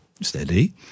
Steady